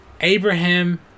Abraham